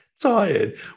tired